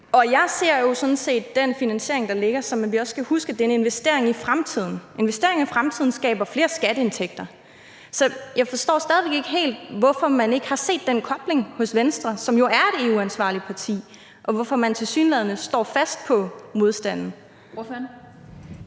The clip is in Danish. Og jeg ser jo sådan set den finansiering, der ligger, som at vi også skal huske, at det er en investering i fremtiden. En investering i fremtiden skaber flere skatteindtægter. Så jeg forstår stadig væk ikke helt, hvorfor man ikke har set den kobling hos Venstre, som jo er et EU-ansvarligt parti, og hvorfor man tilsyneladende står fast på modstanden.